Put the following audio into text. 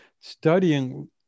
studying